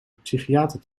psychiater